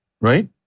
Right